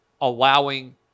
allowing